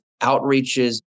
outreaches